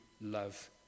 love